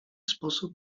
sposób